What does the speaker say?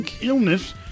illness